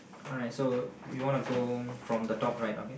alright so you want to go from the top right okay